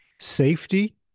Safety